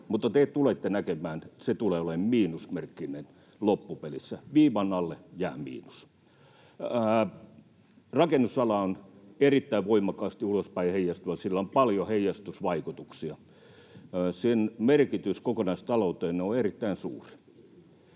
mutta te tulette näkemään, että se tulee olemaan miinusmerkkinen loppupelissä — viivan alle jää miinus. Rakennusala on erittäin voimakkaasti ulospäin heijastuva — sillä on paljon heijastusvaikutuksia. Sen merkitys kokonaistalouteen on erittäin suuri.